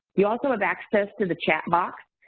you also have access to the chat box.